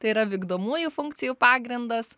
tai yra vykdomųjų funkcijų pagrindas